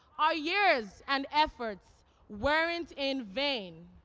ah years and efforts weren't in vain,